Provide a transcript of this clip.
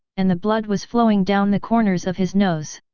and the blood was flowing down the corners of his nose.